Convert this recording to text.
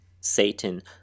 Satan